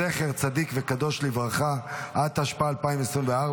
זכר צדיק וקדוש לברכה, התשפ"ה 2024,